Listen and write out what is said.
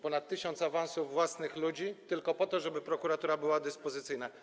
Ponad tysiąc awansów własnych ludzi tylko po to, żeby prokuratura była dyspozycyjna.